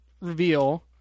reveal